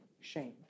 shame